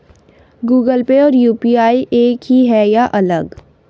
Google Pay और UPI एक ही है या अलग?